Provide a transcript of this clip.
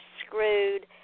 screwed